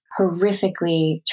horrifically